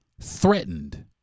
threatened